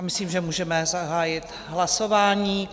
Myslím, že můžeme zahájit hlasování.